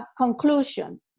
Conclusion